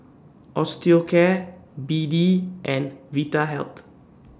Osteocare B D and Vitahealth